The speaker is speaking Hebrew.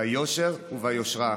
ביושר וביושרה,